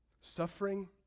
suffering